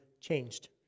changed